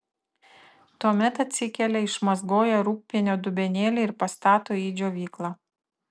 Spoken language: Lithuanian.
tuomet atsikelia išmazgoja rūgpienio dubenėlį ir pastato į džiovyklą